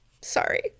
sorry